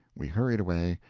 we hurried away,